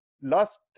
last